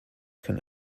can